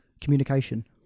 communication